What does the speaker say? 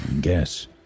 guess